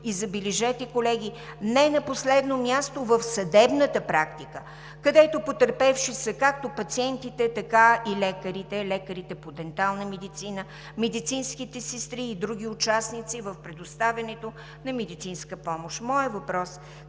и, забележете, колеги – не на последно място, в съдебната практика, където са потърпевши, както пациентите, така и лекарите, лекарите по дентална медицина, медицинските сестри и другите участници в предоставянето на медицинска помощ. Моят въпрос към